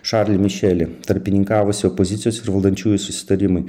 šarlį mišelį tarpininkavusį opozicijos ir valdančiųjų susitarimui